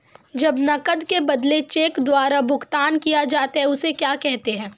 जब नकद के बदले चेक द्वारा भुगतान किया जाता हैं उसे क्या कहते है?